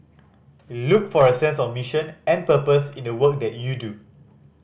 look for a sense of mission and purpose in the work that you do